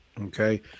Okay